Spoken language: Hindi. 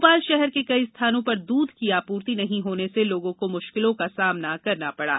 भोपाल शहर के कई स्थानों पर दध की आपूर्ति नहीं होने से लोगों को मुश्किलों का सामना करना पड़ा